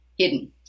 Hidden